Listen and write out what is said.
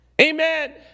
amen